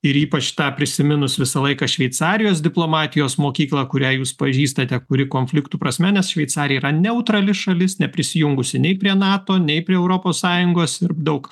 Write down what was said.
ir ypač tą prisiminus visą laiką šveicarijos diplomatijos mokyklą kurią jūs pažįstate kuri konfliktų prasme nes šveicarija yra neutrali šalis neprisijungusi nei prie nato nei prie europos sąjungos ir daug